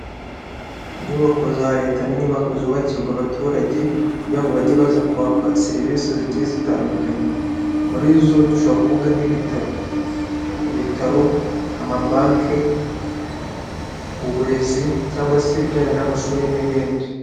Inyubako za leta ni inyubako zubakirwa abaturage, kugira ngo bajye baza kwaka serivisi zijye zitandukanye. Muri zo, dushobora kuvuga nk'ibitaro, amabanki, uburezi cyangwa se ibijyanye n'amashuri n'ibindi.